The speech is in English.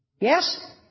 Yes